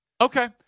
Okay